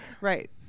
Right